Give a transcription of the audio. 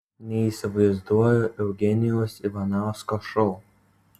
neįsivaizduoju eugenijaus ivanausko šou